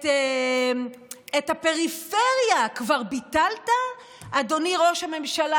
את הפריפריה כבר ביטלת, אדוני ראש הממשלה?